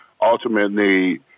ultimately